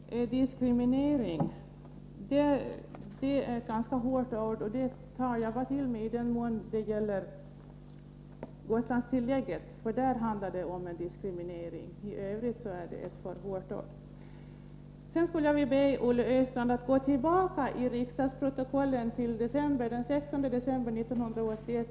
Fru talman! Diskriminering är ett ganska hårt ord. Det tar jag bara till när det gäller Gotlandstillägget. Där handlar det om diskriminering. I övrigt är det ett för hårt ord. Jag skulle vilja be Olle Östrand att gå tillbaka till riksdagsprotokollet för den 16 december 1981.